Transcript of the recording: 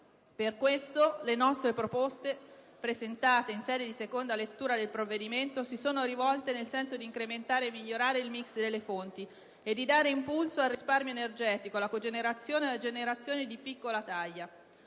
Per questo le nostre proposte, presentate in sede di seconda lettura del provvedimento, si sono rivolte nel senso di incrementare e migliorare il *mix* delle fonti e di dare impulso al risparmio energetico, alla cogenerazione e alla generazione di piccola taglia.